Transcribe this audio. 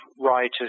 writers